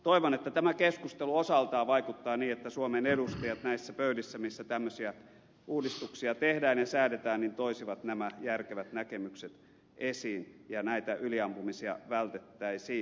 toivon että tämä keskustelu osaltaan vaikuttaa niin että suomen edustajat näissä pöydissä missä tämmöisiä uudistuksia tehdään ja säädetään toisivat nämä järkevät näkemykset esiin ja näitä yliampumisia vältettäisiin